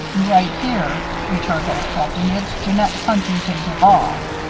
right here returned old captain. it's jeannette huntington duval.